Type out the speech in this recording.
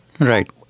Right